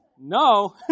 no